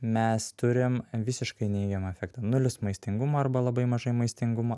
mes turim visiškai neigiamą efektą nulis maistingumo arba labai mažai maistingumo